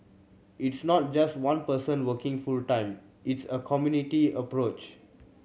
it's not just one person working full time it's a community approach